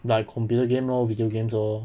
like computer game lor video games lor